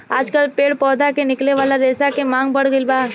आजकल पेड़ पौधा से निकले वाला रेशा के मांग बढ़ गईल बा